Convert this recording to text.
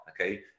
okay